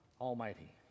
Almighty